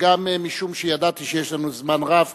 וגם משום שידעתי שיש לנו זמן רב,